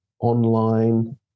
online